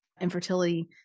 infertility